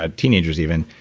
ah teenagers even,